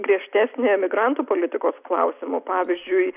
griežtesnė emigrantų politikos klausimu pavyzdžiui